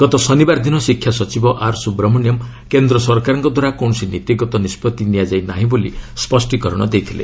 ଗତ ଶନିବାର ଦିନ ଶିକ୍ଷା ସଚିବ ଆର୍ ସୁବ୍ରମଣ୍ୟମ୍ କେନ୍ଦ୍ର ସରକାରଙ୍କଦ୍ୱାରା କୌଣସି ନୀତିଗତ ନିଷ୍ପଭି ନିଆଯାଇ ନାହିଁ ବୋଲି ସ୍ୱଷ୍ଟୀକରଣ ଦେଇଥିଲେ